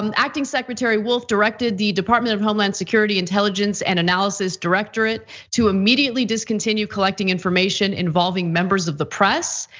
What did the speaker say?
um acting secretary wolf directed the department of homeland security intelligence and analysis directorate to immediately discontinue collecting information involving members of the press.